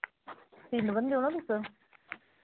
तिन बंदे ओ ना तुस